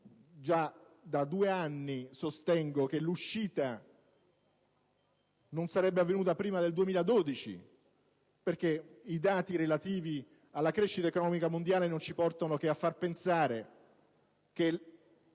Già da due anni sostengo che l'uscita dalla crisi non sarebbe avvenuta prima del 2012, perché i dati relativi alla crescita economica mondiale ci portano a pensare che la